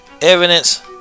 evidence